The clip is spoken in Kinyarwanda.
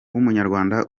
w’umunyarwanda